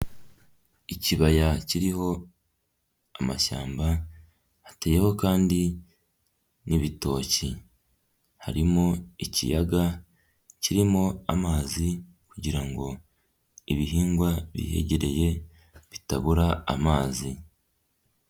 Ikibaya kiriho amashyamba hateyeho kandi n'ibitoki, harimo ikiyaga kirimo amazi kugira ngo ibihingwa bihegereye bitabura amazi.